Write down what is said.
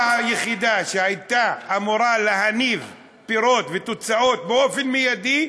היחידה שהייתה אמורה להניב פירות ותוצאות באופן מיידי,